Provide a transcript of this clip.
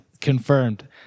Confirmed